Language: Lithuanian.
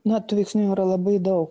na tų veiksnių jų yra labai daug